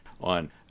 on